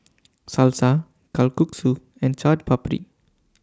Salsa Kalguksu and Chaat Papri